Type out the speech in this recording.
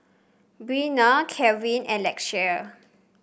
Bynum Kevan and Lakeshia